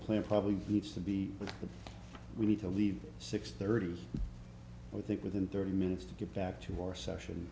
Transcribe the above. plan probably needs to be we need to leave six thirty i think within thirty minutes to get back to our session